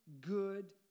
good